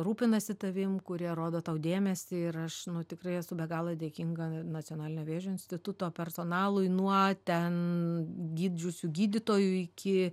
rūpinasi tavim kurie rodo tau dėmesį ir aš nu tikrai esu be galo dėkinga nacionalinio vėžio instituto personalui nuo ten gydžiusių gydytojų iki